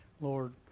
Lord